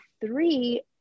three